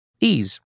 Ease